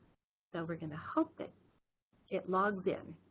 so we're going to hope it it logs in.